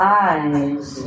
eyes